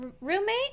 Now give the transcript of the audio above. roommate